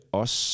os